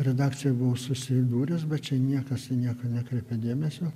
redakcija buvau susidūręs bet čia niekas į nieką nekreipė dėmesio